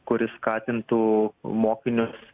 kuris skatintų mokinius